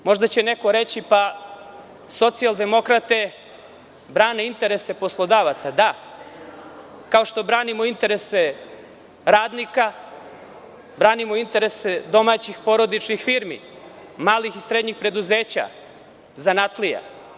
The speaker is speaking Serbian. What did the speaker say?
Možda će neko reći, pa Socijaldemokrate brane interese poslodavaca, da, kao što branimo interese radnika, branimo interese domaćih porodičnih firmi, malih i srednjih preduzeća, zanatlija.